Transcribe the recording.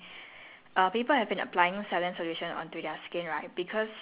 exactly exactly okay so it's saltwater right and